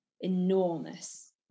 enormous